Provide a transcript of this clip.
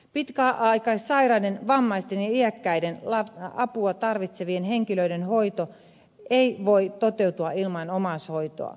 pitkäaikaissairaiden vammaisten ja iäkkäiden apua tarvitsevien henkilöiden hoito ei voi toteutua ilman omaishoitoa